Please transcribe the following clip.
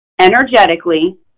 Energetically